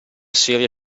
serie